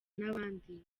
n’abandi